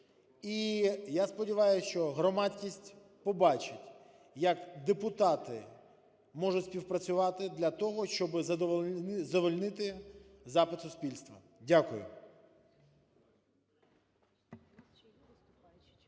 я сподіваюсь, що громадськість побачить, як депутати можуть співпрацювати для того, щоби задовольнити запит суспільства. Дякую.